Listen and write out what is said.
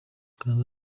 kanda